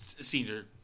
senior